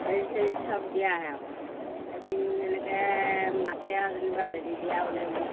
বেজী চেজী সব দিয়ায় আৰু এদিন এনেকৈ মাতে আৰু যেনিবা বেজী দিয়াবলৈ বুলি